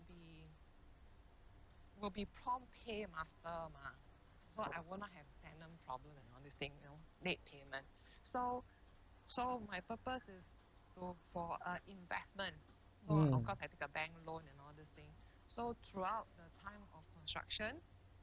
mm